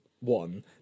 one